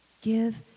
Give